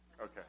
Okay